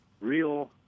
real